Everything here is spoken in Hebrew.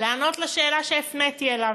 לענות על שאלה שהפניתי אליו.